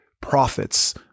prophets